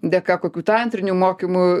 dėka kokių tantrinių mokymų